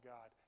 God